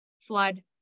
flood